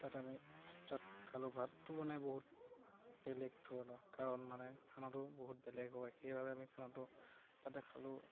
তাত আমি ভাত চাত খালোঁ ভাতটো বনাই বহুত বেলেগ ধৰণৰ কাৰণ মানে খানাটো বহুত বেলেগ হয় সেইবাবে আমি খানাটো তাতে খালোঁ